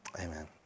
Amen